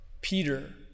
Peter